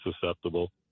susceptible